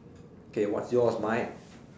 K what's yours mate